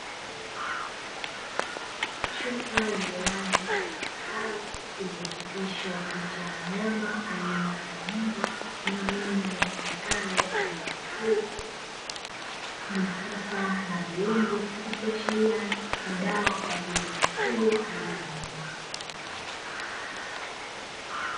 Chupa yenye rangi ya zambarau iliyochapishwa picha ya mnyama aina ya mbwa na maneno yasemekayo "mbwa mkuu, mifupa na viungo", ikiashiria ni dawa kwa ajili ya mifugo aina ya mbwa.